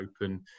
open